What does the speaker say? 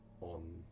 on